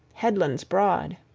headlands broad.